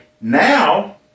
now